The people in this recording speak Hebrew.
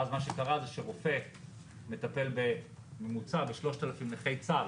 ואז מה שקרה זה שרופא אחד מטפל בממוצע ב-3,000 נכי צה"ל.